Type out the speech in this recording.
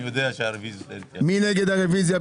מי נגד הרוויזיה?